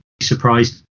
surprised